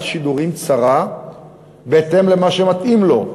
שידורים צרה בהתאם למה שמתאים לו,